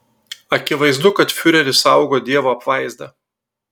akivaizdu kad fiurerį saugo dievo apvaizda